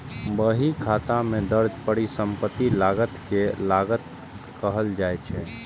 बहीखाता मे दर्ज परिसंपत्ति लागत कें लागत कहल जाइ छै